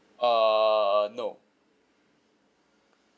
err no